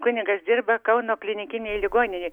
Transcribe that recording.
kunigas dirba kauno klinikinėj ligoninėj